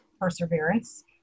perseverance